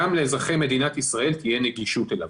גם לאזרחי מדינת ישראל תהיה נגישות אליו.